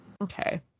okay